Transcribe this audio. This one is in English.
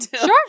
Sure